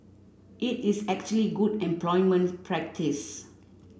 it is actually good employment practice